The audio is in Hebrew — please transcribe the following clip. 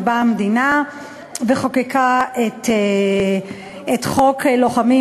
באה המדינה וחוקקה את חוק כליאתם של לוחמים